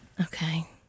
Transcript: Okay